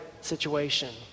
situation